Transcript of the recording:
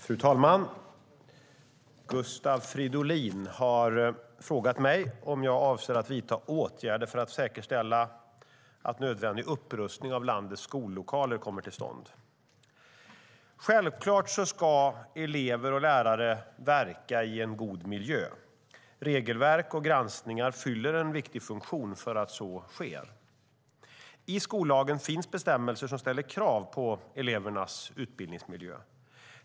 Fru talman! Gustav Fridolin har frågat mig om jag avser att vidta åtgärder för att säkerställa att nödvändig upprustning av landets skollokaler kommer till stånd. Självklart ska elever och lärare verka i en god miljö. Regelverk och granskningar fyller en viktig funktion för att så sker. I skollagen finns bestämmelser som ställer krav på elevernas utbildningsmiljö.